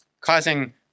causing